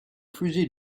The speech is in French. fusil